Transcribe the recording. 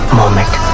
moment